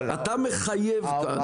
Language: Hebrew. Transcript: אתה מחייב אותם.